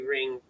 Ring